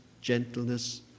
gentleness